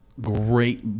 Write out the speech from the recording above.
great